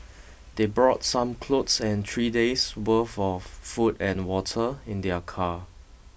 they brought some clothes and three days' worth of food and water in their car